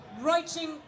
writing